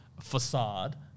facade